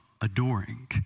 adoring